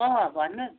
अँ भन्नुहोस्